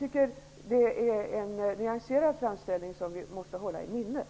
Detta är en nyanserad framställning som vi måste hålla i minnet.